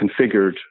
configured